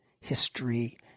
history